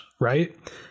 right